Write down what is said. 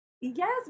Yes